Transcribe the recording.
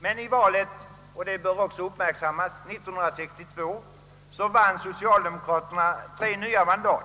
Men det bör också uppmärksammas att socialdemokraterna i valet 1962 vann tre nya mandat.